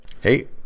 Hey